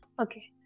okay